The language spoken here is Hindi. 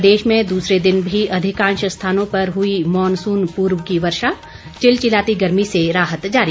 प्रदेश में दूसरे दिन भी अधिकांश स्थानों पर हुई मॉनसून पूर्व की वर्षा चिलचिलाती गर्मी से राहत जारी